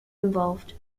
involved